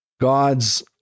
God's